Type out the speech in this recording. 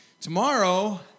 Tomorrow